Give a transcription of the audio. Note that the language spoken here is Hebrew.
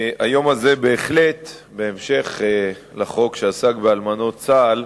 היום הזה בהחלט, בהמשך לחוק שעסק באלמנות צה"ל,